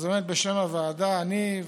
בשם הוועדה אני,